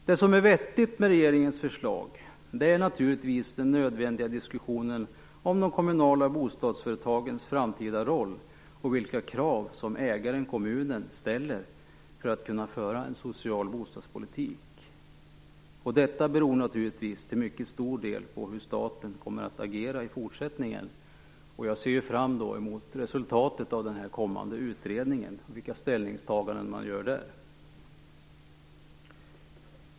Det som är vettigt med regeringens förslag är naturligtvis den nödvändiga diskussionen om de kommunala bostadsföretagens framtida roll och vilka krav som ägaren, kommunen, ställer för att kunna föra en social bostadspolitik. Detta beror naturligtvis till mycket stor del på hur staten kommer att agera i fortsättningen. Jag ser fram emot resultatet av den kommande utredningen och de ställningstaganden man gör där.